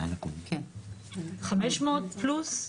500 פלוס?